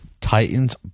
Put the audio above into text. Titans